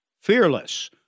Fearless